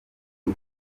uyu